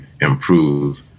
improve